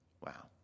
Wow